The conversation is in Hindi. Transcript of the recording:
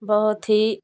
बहुत ही